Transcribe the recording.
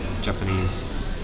japanese